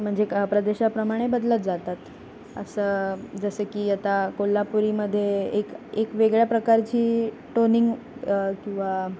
म्हणजे क प्रदेशाप्रमाणे बदलत जातात असं जसं की आता कोल्हापुरीमध्ये एक एक वेगळ्या प्रकारची टोनिंग किंवा